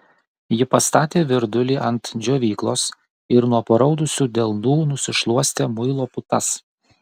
ji pastatė virdulį ant džiovyklos ir nuo paraudusių delnų nusišluostė muilo putas